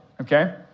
Okay